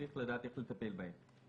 צריך לדעת איך לטפל בהן.